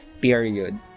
period